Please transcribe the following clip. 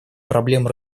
проблем